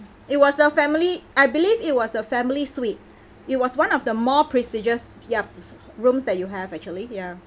it was a family I believe it was a family suite it was one of the more prestigious yup rooms that you have actually ya